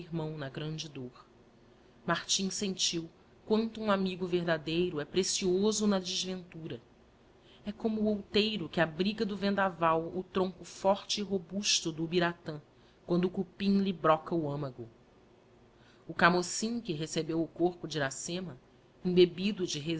irmão na grande dôr martira sentiu quanto um amigo verdadeiro é precioso na desventura é como o outeiro que abriga do vendaval o tronco forte e robusto do ubiratan quando o cupim lhe broca o âmago o camocim que recebeu b corpo de iracema embebido de